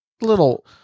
little